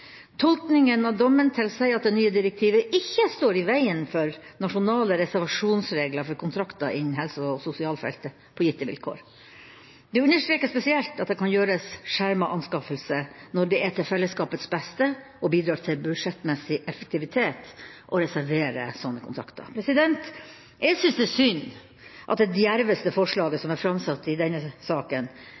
Tolkningen av dommen tilsier at det nye direktivet ikke står i veien for nasjonale reservasjonsregler for kontrakter innen helse- og sosialfeltet, på gitte vilkår. Det understrekes spesielt at det kan gjøres en skjermet anskaffelse når det er til fellesskapets beste og bidrar til budsjettmessig effektivitet å reservere slike kontrakter. Jeg synes det er synd at det djerveste forslaget som er framsatt i denne saken